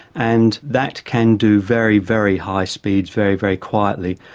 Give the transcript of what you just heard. and that can do very, very high speeds very, very quietly.